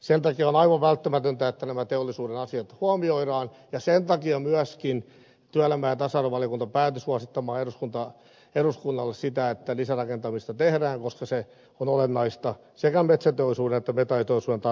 sen takia on aivan välttämätöntä että nämä teollisuuden asiat huomioidaan ja sen takia myöskin työelämä ja tasa arvovaliokunta päätyi suosittamaan eduskunnalle sitä että lisärakentamista tehdään koska se on olennaista sekä metsäteollisuuden että metalliteollisuuden tarpeiden kannalta